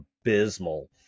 abysmal